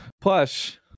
Plus